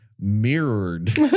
mirrored